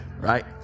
right